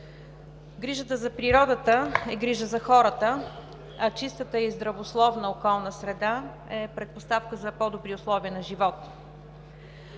Грижата за природата е грижа за хората, а чистата и здравословна околна среда е предпоставка за по-добри условия на живот,